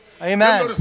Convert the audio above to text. Amen